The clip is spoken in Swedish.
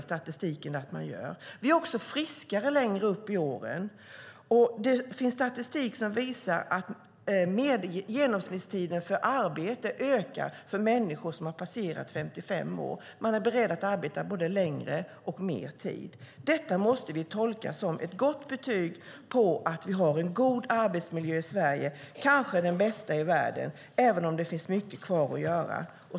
Statistiken visar att man gör det. Vi är friskare högre upp i åren. Det finns statistik som visar att genomsnittstiden för arbete ökar för människor som har passerat 55 år. Man är beredd att arbeta både längre och mer tid. Detta måste vi tolka som ett gott betyg på att vi har en god arbetsmiljö i Sverige, kanske den bästa i världen även om det finns mycket kvar att göra.